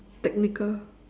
technical